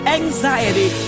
anxiety